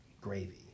gravy